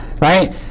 right